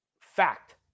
fact